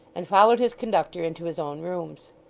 and followed his conductor into his own rooms.